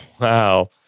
Wow